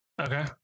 Okay